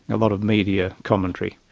a lot of media commentary.